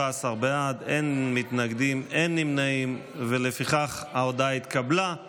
הצעת ועדת העבודה והרווחה בדבר פיצול הצעת